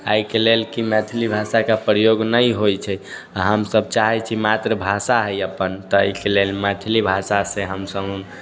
एहिके लेल कि मैथिली भाषाके प्रयोग नहि होइ छै आओर हमसब चाहै छी मातृभाषा हइ अपन ताहिके लेल मैथिली भाषासँ हम